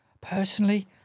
Personally